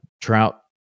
trout